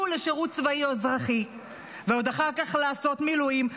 לשירות צבאי או אזרחי ועוד אחר כך לעשות מילואים.